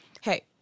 Hey